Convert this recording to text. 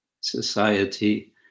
society